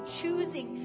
choosing